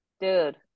Dude